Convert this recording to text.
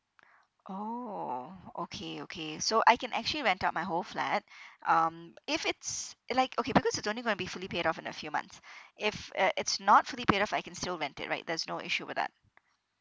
oh okay okay so I can actually rent out my whole flat um if it's like okay because it's only gonna be fully paid off in a few months if uh it's not fully paid off I can still rent it right there's no issue with that